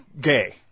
gay